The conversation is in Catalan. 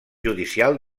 judicial